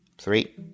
Three